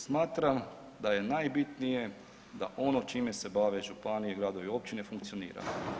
Smatram da je najbitnije da ono čime se bave županije, gradovi, općine funkcionira.